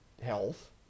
health